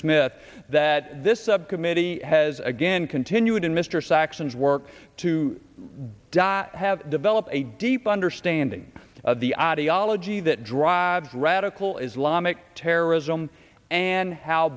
smith that this subcommittee has again continued in mr saxon's work to die i have developed a deep understanding of the ideology that drives radical islamic terrorism and how